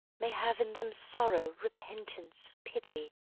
may have in them sorrow, repentance, pity,